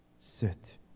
Sit